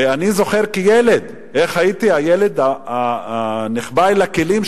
ואני זוכר כילד איך הייתי הילד הנחבא אל הכלים,